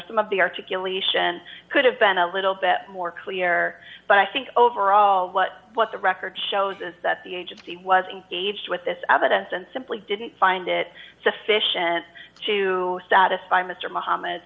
some of the articulation could have been a little bit more clear but i think overall what what the record shows is that the agency was engaged with this evidence and simply didn't find it sufficient to satisfy mr